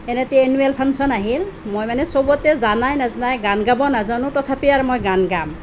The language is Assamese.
এনেতে এন্যুৱেল ফাংশ্যন আহিল মই মানে সবতে জনায়ে নজনায়ে গান গাব নাজানো তথাপি আৰু মই গান গাম